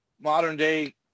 modern-day